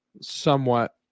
somewhat